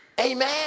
Amen